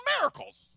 Miracles